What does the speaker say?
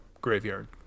graveyard